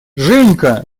женька